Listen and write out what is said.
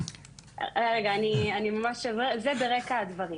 זה ברקע הדברים.